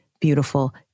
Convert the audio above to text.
beautiful